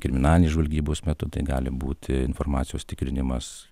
kriminalinės žvalgybos metu tai gali būti informacijos tikrinimas